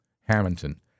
Hamilton